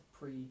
pre